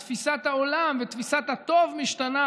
תפיסת העולם ותפיסת הטוב משתנה,